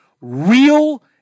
real